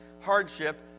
hardship